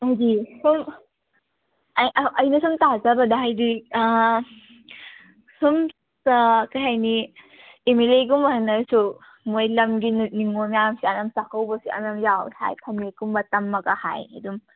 ꯍꯥꯏꯗꯤ ꯁꯨꯝ ꯑꯩ ꯑꯩꯅ ꯁꯨꯝ ꯇꯥꯖꯕꯗ ꯍꯥꯏꯗꯤ ꯁꯨꯝ ꯀꯩ ꯍꯥꯏꯅꯤ ꯑꯦꯝ ꯑꯦꯜ ꯂꯦꯒꯨꯝꯕꯅꯁꯨ ꯃꯣꯏ ꯂꯝꯒꯤ ꯅꯤꯉꯣꯜ ꯃꯌꯥꯝꯁꯦ ꯌꯥꯝ ꯆꯥꯛꯀꯧꯕꯁꯦ ꯌꯥꯝ ꯌꯥꯝ ꯌꯥꯎꯋꯦ ꯍꯥꯏ ꯐꯅꯦꯛꯀꯨꯝꯕ ꯇꯝꯃꯒ ꯍꯥꯏ ꯑꯗꯨꯝ